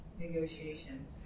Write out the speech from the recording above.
negotiation